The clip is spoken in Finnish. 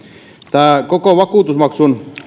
tämä koko vakuutusmaksun